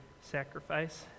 sacrifice